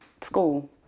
school